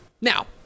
Now